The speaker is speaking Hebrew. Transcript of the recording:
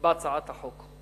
בהצעת החוק.